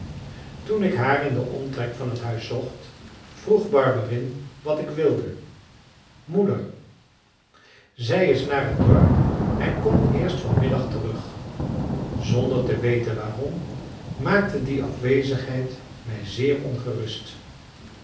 toen ik haar in den omtrek van het huis zocht vroeg barberin wat ik wilde moeder zij is naar het dorp en komt eerst van middag terug zonder te weten waarom maakte die afwezigheid mij zeer ongerust